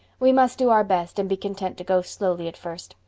we must do our best and be content to go slowly at first.